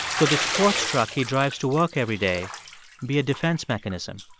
could the sports truck he drives to work every day be a defense mechanism?